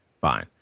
Fine